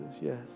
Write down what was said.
Yes